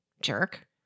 jerk